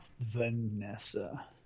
Vanessa